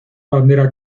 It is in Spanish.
bandera